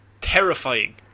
terrifying